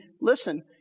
Listen